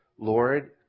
Lord